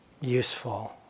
useful